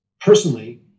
personally